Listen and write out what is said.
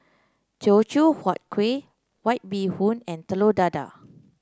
Teochew Huat Kueh White Bee Hoon and Telur Dadah